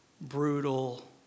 brutal